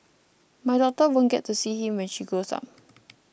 my daughter won't get to see him when she grows up